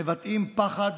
מבטאים פחד,